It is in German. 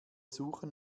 suchen